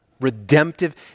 redemptive